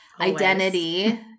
identity